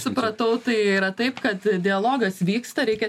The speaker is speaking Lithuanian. supratau tai yra taip kad dialogas vyksta reikia